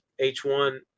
H1